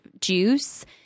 juice